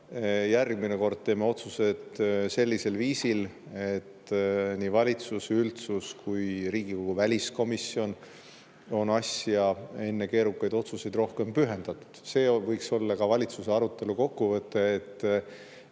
järgmine kord teeme otsused sellisel viisil, et nii valitsus, üldsus kui ka Riigikogu väliskomisjon on enne keerukaid otsuseid rohkem asja pühendatud. See võiks olla ka valitsuse arutelu kokkuvõte, et